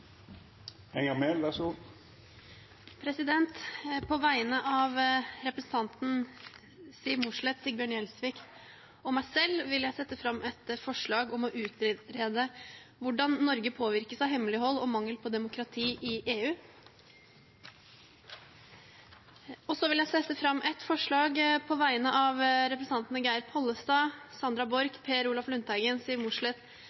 Enger Mehl vil setja fram to representantforslag. På vegne av representantene Siv Mossleth, Sigbjørn Gjelsvik og meg selv vil jeg sette fram et forslag om å utrede hvordan Norge påvirkes av hemmelighold og mangel på demokrati i EU. Så vil jeg sette fram et forslag på vegne av representantene Geir Pollestad, Sandra Borch, Per Olaf Lundteigen, Siv Mossleth,